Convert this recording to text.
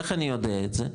איך אני יודע את זה?